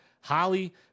Holly